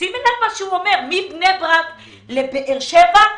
שימי לב מה הוא אומר מבני ברק לבאר שבע,